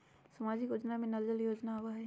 सामाजिक योजना में नल जल योजना आवहई?